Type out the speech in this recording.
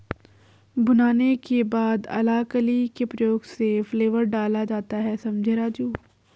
भुनाने के बाद अलाकली के प्रयोग से फ्लेवर डाला जाता हैं समझें राजु